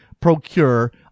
procure